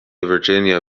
virginia